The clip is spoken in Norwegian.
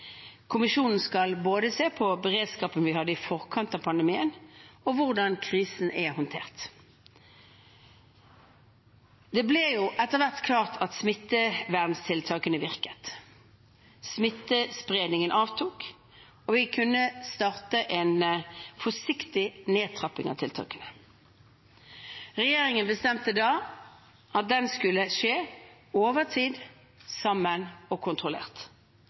Kommisjonen skal se på både beredskapen vi hadde i forkant av pandemien, og hvordan krisen er håndtert. Det ble etter hvert klart at smitteverntiltakene virket. Smittespredningen avtok, og vi kunne starte en forsiktig nedtrapping av tiltakene. Regjeringen bestemte at det skulle skje over tid, sammen og kontrollert.